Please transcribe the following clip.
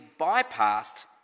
bypassed